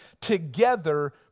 together